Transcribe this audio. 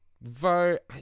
vote